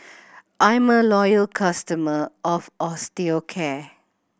I'm a loyal customer of Osteocare